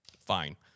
Fine